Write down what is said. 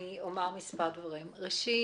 ראשית,